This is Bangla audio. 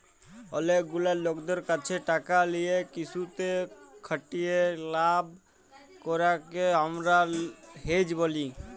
অলেক গুলা লকদের ক্যাছে টাকা লিয়ে কিসুতে খাটিয়ে লাভ করাককে হামরা হেজ ব্যলি